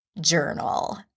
journal